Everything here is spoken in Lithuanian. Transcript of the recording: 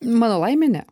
mano laimė ne